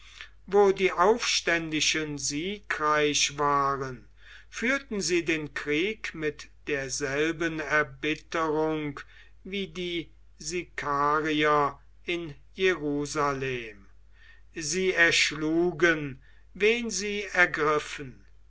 wo die aufständischen siegreich waren führten sie den krieg mit derselben erbitterung wie die sicarier in jerusalem sie erschlugen wen sie ergriffen